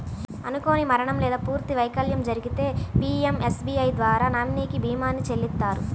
అనుకోని మరణం లేదా పూర్తి వైకల్యం జరిగితే పీయంఎస్బీఐ ద్వారా నామినీకి భీమాని చెల్లిత్తారు